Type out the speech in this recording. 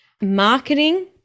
Marketing